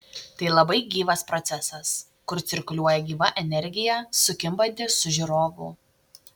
tai labai gyvas procesas kur cirkuliuoja gyva energija sukimbanti su žiūrovu